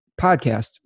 podcast